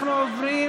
אנחנו עוברים